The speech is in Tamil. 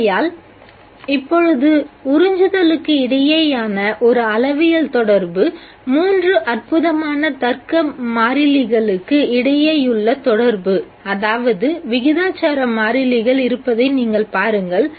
ஆகையால் இப்பொழுது உறிஞ்சுதலுக்கு இடையேயான ஒரு அளவியல் தொடர்பு மூன்று அற்புதமான தர்க்க மாறிலிகளுக்கு இடையேயுள்ள தொடர்பு அதாவது விகிதாசார மாறிலிகள் இருப்பதை நீங்கள் பாருங்கள்